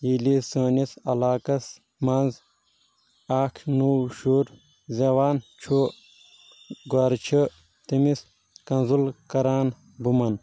ییٚلہِ سٲنِس علاقس منٛز اکھ نوٚو شُر زیٚوان چھُ گۄرٕ چھُ تٔمِس کنزل کران بممَن